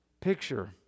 picture